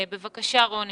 רוני,